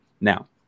now